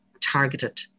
targeted